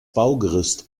baugerüst